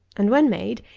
and, when made,